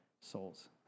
souls